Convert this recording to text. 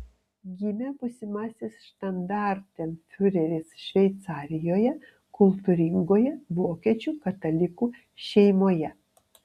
gimė būsimasis štandartenfiureris šveicarijoje kultūringoje vokiečių katalikų šeimoje